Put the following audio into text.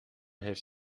heeft